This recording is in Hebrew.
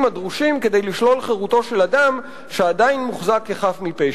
הדרושים כדי לשלול את חירותו של אדם שעדיין מוחזק כחף מפשע.